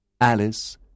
Alice